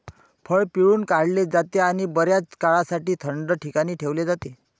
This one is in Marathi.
फळ पिळून काढले जाते आणि बर्याच काळासाठी थंड ठिकाणी ठेवले जाते